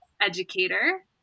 educator